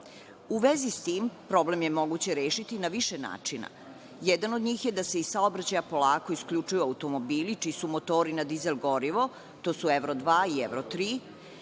vezi sa tim, problem je moguće rešiti na više načina. Jedan od njih je da se iz saobraćaja polako isključuju automobili čiji su motori na dizel gorivo, to su evro 2 i evro 3.